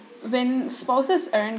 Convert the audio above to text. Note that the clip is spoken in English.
when spouses aren't